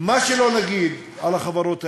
מה שלא נגיד על החברות האלה,